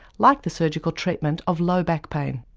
like the surgical treatment of low back pain.